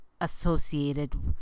associated